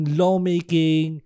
lawmaking